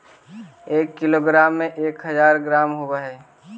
एक किलोग्राम में एक हज़ार ग्राम होव हई